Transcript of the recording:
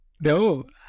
No